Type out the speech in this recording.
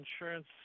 insurance